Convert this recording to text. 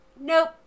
nope